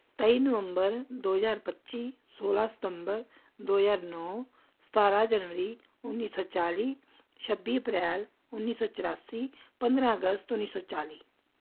ਤੇਈ ਨਵੰਬਰ ਦੋ ਹਜ਼ਾਰ ਪੱਚੀ ਸੌਲਾਂ ਸਤੰਬਰ ਦੋ ਹਜ਼ਾਰ ਨੌ ਸਤਾਰਾਂ ਜਨਵਰੀ ਉੱਨੀ ਸੌ ਚਾਲੀ ਛੱਬੀ ਅਪ੍ਰੈਲ ਉੱਨੀ ਸੌ ਚੁਰਾਸੀ ਪੰਦਰਾਂ ਅਗਸਤ ਉੱਨੀ ਸੌ ਚਾਲੀ